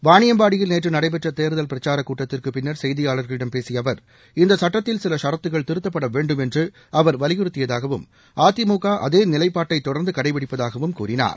வாணியம்பாடியில் நேற்று நடைபெற்ற தேர்தல் பிரச்சாரக் கூட்டத்திற்குப் பின்னர் செய்தியாளர்களிடம் பேசிய அவர் இந்தச் சுட்டத்தில் சில ஷரத்துக்கள் திருத்தப்பட வேண்டும் என்று அவர் வலியுறத்தியதாகவும் அதிமுக அதே நிலைப்பாட்டை தொடர்ந்து கடைபிடிப்பதாகவும் அவர் கூறினார்